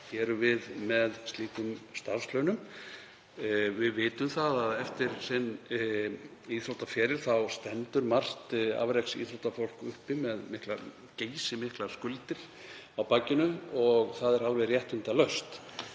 það gerum við með slíkum starfslaunum. Við vitum að eftir íþróttaferil sinn stendur margt afreksíþróttafólk uppi með geysimiklar skuldir á bakinu og það er alveg réttindalaust.